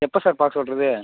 எப்போ சார் பார்க்க சொல்லுறது